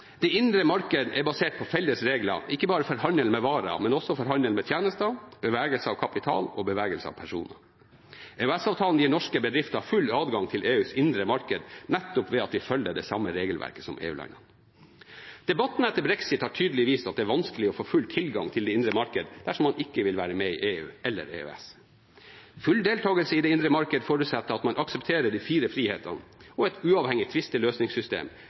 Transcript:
Det indre marked er basert på felles regler, ikke bare for handel med varer, men også for tjenester og bevegelse av kapital og personer. EØS-avtalen gir norske bedrifter full adgang til EUs indre marked nettopp ved at vi følger det samme regelverket som EU-landene. Debatten etter brexit har tydelig vist at det er vanskelig å få full tilgang til det indre marked dersom man ikke vil være med i EU eller EØS. Full deltakelse i det indre marked forutsetter at man aksepterer de fire friheter og et uavhengig tvisteløsningssystem,